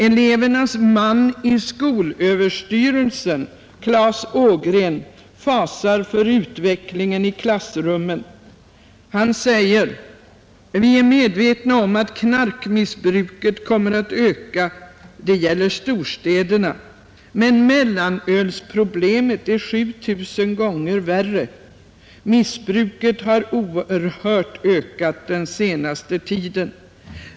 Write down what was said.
— Elevernas man i Skolöverstyrelsen, Claes Ågren, fasar för utvecklingen i klassrummen.” Han säger: ”Vi är medvetna om att knarkmissbruket kommer att öka. Det gäller storstäderna. Men mellanölsproblemet är sjutusen gånger värre. Missbruket har ökat oerhört den senaste tiden.